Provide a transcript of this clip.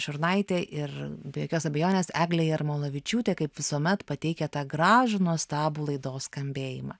šurnaitė ir be jokios abejonės eglė jarmolavičiūtė kaip visuomet pateikė tą gražų nuostabų laidos skambėjimą